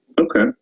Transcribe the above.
Okay